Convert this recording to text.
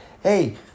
hey